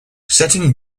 setting